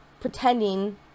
pretending